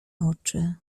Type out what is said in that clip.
oczy